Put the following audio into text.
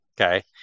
okay